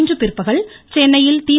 இன்று பிற்பகல் சென்னையில் தி